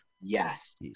Yes